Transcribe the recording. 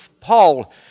Paul